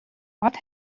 what